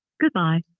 goodbye